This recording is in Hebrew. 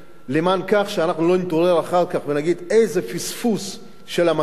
למען זה שלא נתעורר אחר כך ונגיד: איזה פספוס של המקום,